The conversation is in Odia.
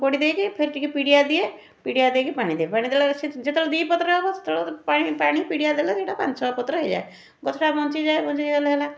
କୋଡ଼ି ଦେଇକି ଫେରେ ଟିକିଏ ପିଡ଼ିଆ ଦିଏ ପିଡ଼ିଆ ଦେଇକି ପାଣି ଦିଏ ପାଣି ଦେଲାବେଳେ ସେ ଯେତେବେଳେ ଦୁଇପତ୍ର ହେବ ସେତେବେଳେ ପାଣି ପାଣି ପିଡ଼ିଆ ଦେଲେ ସେଇଟା ପାଞ୍ଚ ଛଅପତ୍ର ହେଇଯାଏ ଗଛଟା ବଞ୍ଚିଯାଏ ବଞ୍ଚିଗଲେ ହେଲା